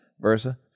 versa